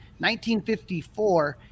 1954